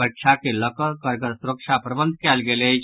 परीक्षाक के लऽ कऽ कड़गर सुरक्षा प्रबंध कएल गेल अछि